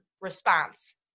response